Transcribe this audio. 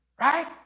Right